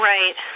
Right